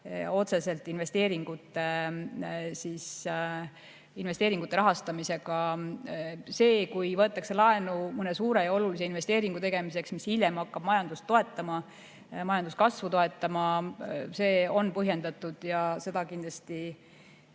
otseselt investeeringute rahastamisega. Kui võetakse laenu mõne suure ja olulise investeeringu tegemiseks, mis hiljem hakkab majandust toetama, majanduskasvu toetama, siis see on põhjendatud ja seda kindlasti